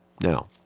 Now